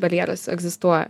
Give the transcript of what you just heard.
barjeras egzistuoja